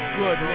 good